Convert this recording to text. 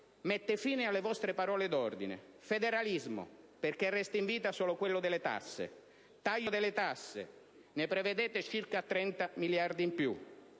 Mette fine alle vostre parole d'ordine: federalismo (perché resta in vita solo quello delle tasse); taglio delle tasse (ne prevedete circa 30 miliardi in più);